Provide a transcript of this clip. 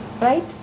right